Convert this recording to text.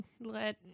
let